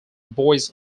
boys